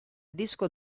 disco